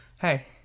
Hey